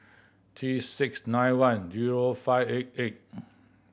T six nine one zero five eight eight